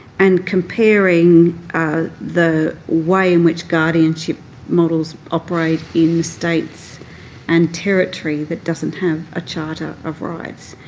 and comparing the way in which guardianship models operate in states and territory that doesn't have a charter of rights,